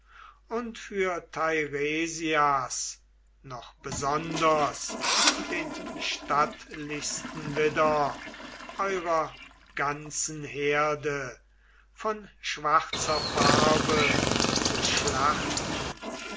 und für teiresias noch besonders den stattlichsten widder eurer ganzen herde von schwarzer farbe zu schlachten